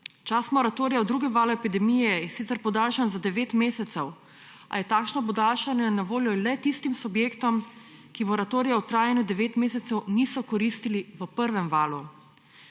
Čas moratorija v drugem valu epidemije je sicer podaljšan za devet mesecev, a je takšno podaljšanje na voljo le tistim subjektom, ki moratorija v trajanju devetih mesecev niso koristili v prvem valu.